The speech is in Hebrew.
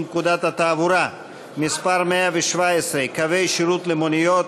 פקודת התעבורה (מס' 117) (קווי שירות למוניות),